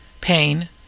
Pain